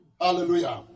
Hallelujah